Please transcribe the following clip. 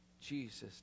Jesus